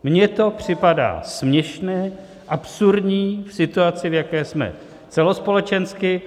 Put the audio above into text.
Mně to připadá směšné, absurdní v situaci, v jaké jsme celospolečensky.